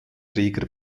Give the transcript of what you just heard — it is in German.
reger